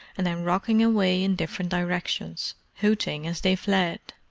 and then rocking away in different directions, hooting as they fled.